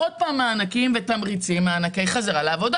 עוד פעם מענקים ותמריצים, מענקי חזרה לעבודה.